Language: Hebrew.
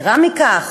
יתרה מכך,